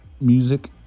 Music